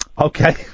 Okay